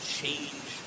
change